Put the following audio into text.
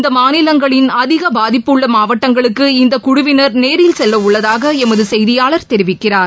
இந்த மாநிலங்களின் அதிக பாதிப்புள்ள மாவட்டங்களுக்கு இந்த குழுவினர் நேரில் செல்ல உள்ளதாக எமது செய்தியாளர் தெரிவிக்கிறார்